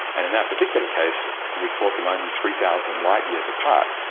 and in that particular case we caught them only three thousand light years apart,